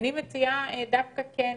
אני מציעה דווקא כן